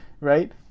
Right